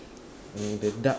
uh the duck